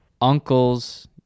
uncles